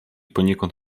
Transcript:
poniekąd